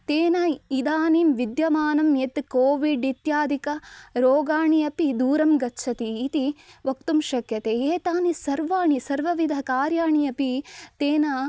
तेन इदानीं विद्यमानं यत् कोविड् इत्यादिकाः रोगाः अपि दूरं गच्छन्ति इति वक्तुं शक्यते एतानि सर्वाणि सर्वविधकार्याणि अपि तेन